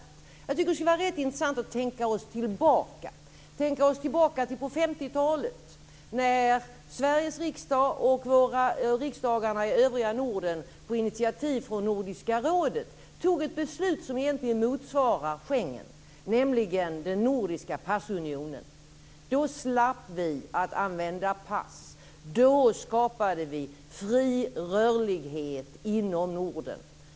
Jag tycker att det skulle vara rätt intressant att tänka oss tillbaka till 50-talet när Sveriges riksdag och parlamenten i övriga Norden, på initiativ från Nordiska rådet, fattade ett beslut som egentligen motsvarar Schengen, nämligen den nordiska passunionen. Då slapp vi att använda pass, då skapade vi fri rörlighet inom Norden.